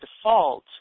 default